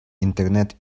интернет